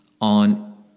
on